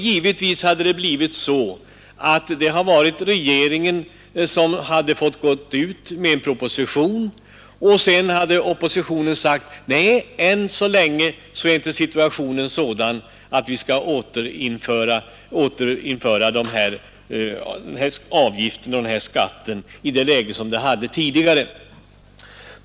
Givetvis hade det blivit så att regeringen fått framlägga en proposition, och sedan hade oppositionen sagt: Nej, än så länge är inte situationen sådan att vi skall återställa skattesatsen och återinföra avgiften.